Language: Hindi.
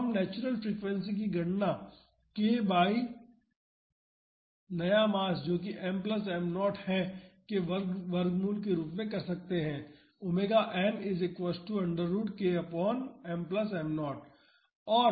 तो हम नेचुरल फ्रीक्वेंसी की गणना k बाई नया मास जो कि m प्लस m0 है के वर्गमूल के रूप में कर सकते हैं